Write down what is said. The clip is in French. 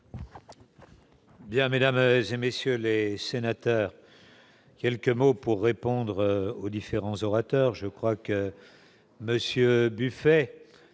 Bien, mesdames et messieurs les sénateurs. Quelques mots pour répondre aux différents orateurs, je crois que Monsieur Buffet